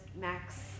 max